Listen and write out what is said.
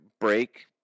break